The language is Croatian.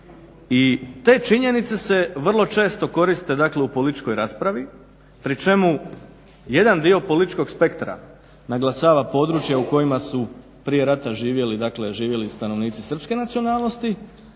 te činjenice se vrlo često koriste dakle, u političkoj raspravi pri čemu jedan dio političkog spektra naglašava područje u kojima su prije rata živjeli stanovnici srpske nacionalnosti,